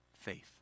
faith